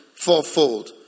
fourfold